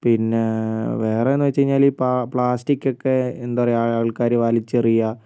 പിന്നെ വേറെയെന്ന് വച്ചു കഴിഞ്ഞാൽ പ്ലാസ്റ്റിക്ക് ഒക്കെ എന്താ പറയുക ആൾക്കാർ വലിച്ചെറിയുക